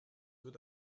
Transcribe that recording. wird